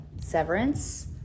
Severance